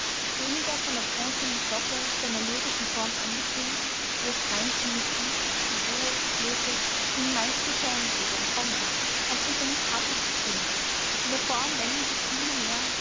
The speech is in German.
weniger von der bronzenen glocke seiner lyrischen form angetönt er ist reinste musik oboe flöte sie sind meist nur schellenträger und trommler als von seinem pathos bezwungen in der form wenden sich viele mehr